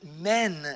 men